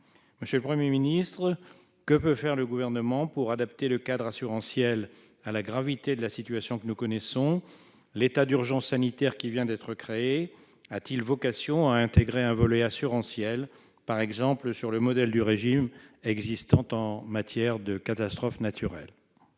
Monsieur le Premier ministre, que peut faire le Gouvernement pour adapter le cadre assurantiel à la gravité de la situation que nous connaissons ? L'état d'urgence sanitaire qui vient d'être institué a-t-il vocation à intégrer un volet assurantiel, par exemple sur le modèle du régime existant en matière de catastrophes naturelles ?